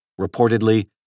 Reportedly